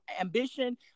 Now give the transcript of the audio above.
ambition